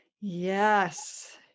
Yes